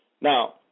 Now